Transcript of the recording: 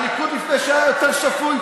הליכוד לפניי היה יותר שפוי,